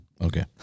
okay